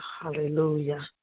Hallelujah